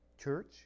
church